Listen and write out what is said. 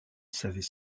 savait